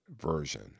version